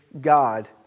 God